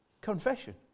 confession